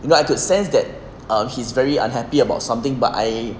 you know I could sense that he's very unhappy about something but I